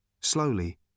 Slowly